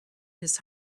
his